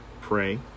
pray